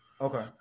Okay